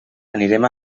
anirem